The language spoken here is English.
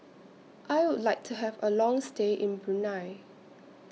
I Would like to Have A Long stay in Brunei